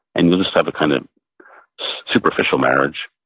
and you'll just have a kind of superficial marriage.